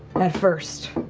at first.